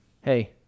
Hey